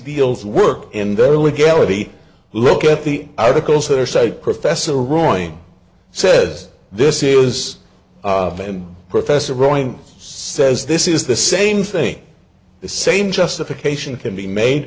deals work in their legality look at the articles their site professor roy says this is professor rowing says this is the same thing the same justification can be made